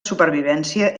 supervivència